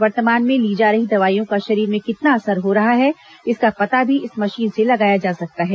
वर्तमान में ली जा रही दवाईयों का शरीर में कितना असर हो रहा है इसका पता भी इस मशीन से लगाया जा सकता है